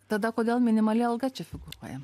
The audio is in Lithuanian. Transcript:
tada kodėl minimali alga čia figūruoja